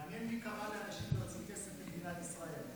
מעניין מי קרא לאנשים להוציא כסף ממדינת ישראל.